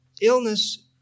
illness